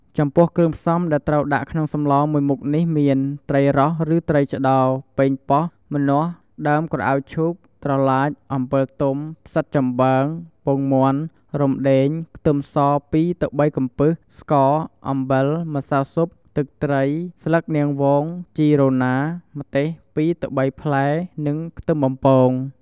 ចំពោះគ្រឿងផ្សំដែលត្រូវដាក់ក្នុងសម្លមួយមុខនេះមាន ត្រីរ៉ស់ឬត្រីឆ្ដោរ ប៉េងប៉ោះ ម្នាស់ ដើមក្រអៅឈូក ត្រឡាច អំពិលទុំ ផ្សិតចំបើង ពងមាន់ រំដេង ខ្ទឹមស ២ទៅ៣ កំពឹស ស្ករ អំបិល ម្សៅស៊ុប ទឹកត្រី ស្លឹកនាងវង ជីរណា ម្ទេស ២ទៅ៣ ផ្លែ និងខ្ទឹមបំពង។